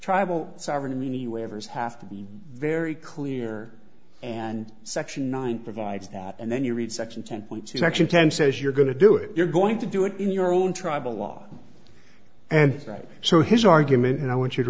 waivers have to be very clear and section nine provides that and then you read section ten point she's actually ten says you're going to do it you're going to do it in your own tribal law and right so his argument and i want you to